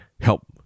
help